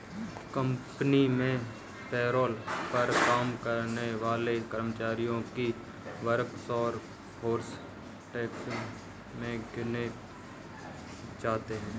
company में payroll पर काम करने वाले कर्मचारी ही वर्कफोर्स टैक्स में गिने जाते है